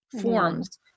forms